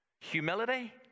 humility